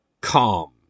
calm